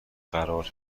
قرار